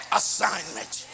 assignment